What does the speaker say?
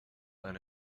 eine